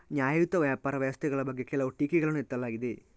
ನ್ಯಾಯಯುತ ವ್ಯಾಪಾರ ವ್ಯವಸ್ಥೆಗಳ ಬಗ್ಗೆ ಕೆಲವು ಟೀಕೆಗಳನ್ನು ಎತ್ತಲಾಗಿದೆ